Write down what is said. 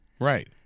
right